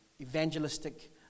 evangelistic